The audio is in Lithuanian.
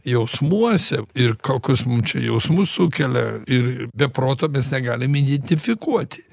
jausmuose ir kokius mum čia jausmus sukelia ir be proto mes negalim identifikuoti